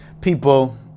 people